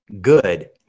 good